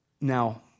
now